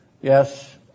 Yes